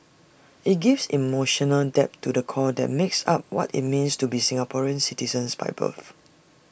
IT gives emotional depth to the core that makes up what IT means to be Singaporean citizens by birth